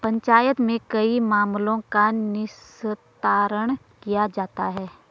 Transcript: पंचायत में कई मामलों का निस्तारण किया जाता हैं